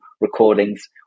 recordings